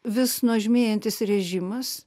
vis nuožmėjantis režimas